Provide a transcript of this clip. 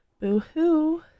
Boo-Hoo